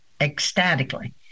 ecstatically